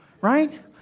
Right